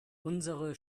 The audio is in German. unsere